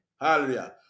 Hallelujah